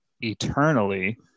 eternally